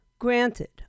Granted